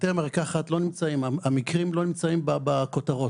המקרים לא נמצאים בכותרות,